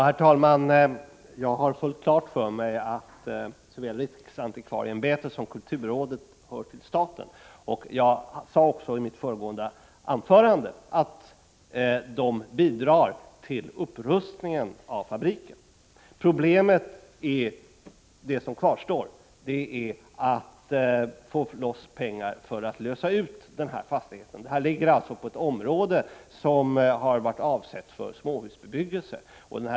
Herr talman! Jag har fullt klart för mig att såväl riksantikvarieämbetet som kulturrådet hör till staten. I mitt föregående anförande sade jag också att de bidrar till upprustningen av fabriken. Det kvarstående problemet är att man måste få pengar för att lösa ut fastigheten. Det rör sig om ett område som har varit avsett för småhusbebyggelse.